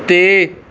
ਅਤੇ